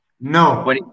No